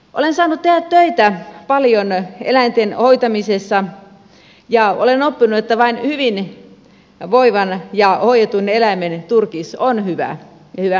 olen saanut tehdä töitä paljon eläinten hoitamisessa ja olen oppinut että vain hyvinvoivan ja hoidetun eläimen turkis on hyvä ja hyvännäköinen